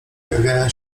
pojawiają